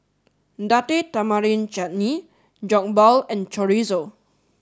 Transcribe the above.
Date Tamarind Chutney Jokbal and Chorizo